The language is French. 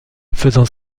faisant